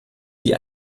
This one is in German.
die